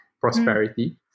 prosperity